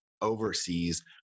overseas